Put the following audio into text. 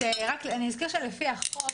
אני אזכיר שלפי החוק,